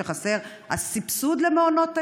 שחסר הסבסוד למעונות היום,